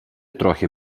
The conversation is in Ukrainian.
трохи